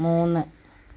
മൂന്ന്